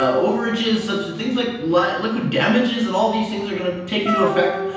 overages such as things like like liquid damages and all these things are going to take into effect.